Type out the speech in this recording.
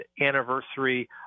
anniversary